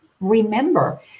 remember